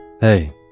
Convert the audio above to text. Hey